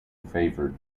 favoured